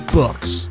books